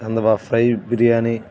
చందవ fry biryani